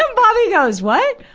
um bobby goes, what?